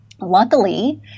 luckily